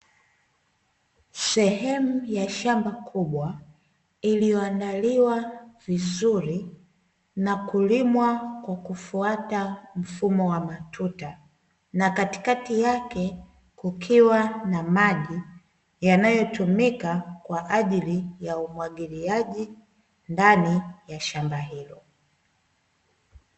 Sehemu ya shamba kubwa iliyoandaliwa vizuri na kulimwa kwa kufuata mfumo wa matuta, na katikati yake kukiwa na maji yanayotumika kwa ajili ya umwagiliaji ndani ya shamba hilo.